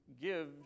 give